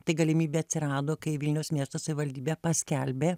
tai galimybė atsirado kai vilniaus miesto savivaldybė paskelbė